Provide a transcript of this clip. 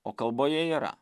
o kalboje yra